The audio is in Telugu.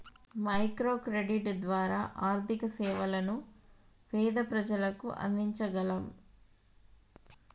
మైక్రో క్రెడిట్ ద్వారా ఆర్థిక సేవలను పేద ప్రజలకు అందించగలం